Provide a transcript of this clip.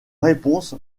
réponse